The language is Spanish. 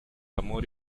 amor